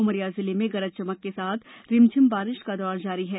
उमरिया जिले मे गरज के साथ रिमझिम बारिश का दौर जारी है